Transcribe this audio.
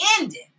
ended